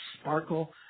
sparkle